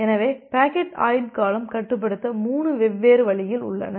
எனவே பாக்கெட் ஆயுட்காலம் கட்டுப்படுத்த 3 வெவ்வேறு வழிகள் உள்ளன